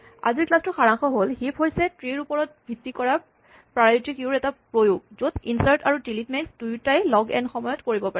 আজিৰ ক্লাছৰ সাৰাংশ হ'ল হিপ হৈছে ট্ৰীৰ ওপৰত ভিত্তি কৰা প্ৰায়ৰিটী কিউৰ এটা প্ৰয়োগ য'ত ইনচাৰ্ট আৰু ডিলিট মেক্স দুয়োটাই লগ এন সময়ত কৰিব পাৰি